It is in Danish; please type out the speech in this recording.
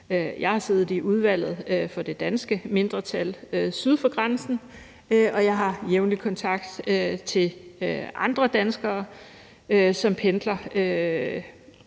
Jeg har siddet i udvalget for det danske mindretal syd for grænsen, og jeg har jævnligt kontakt til andre danskere, som pendler